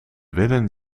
willen